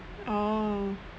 orh